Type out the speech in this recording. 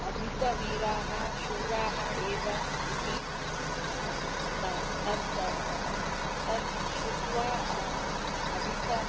अधिकाः वीराः शूराः एव इति त तद् तद् श्रुत्वा अधिकम्